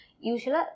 usually